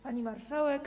Pani Marszałek!